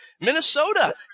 Minnesota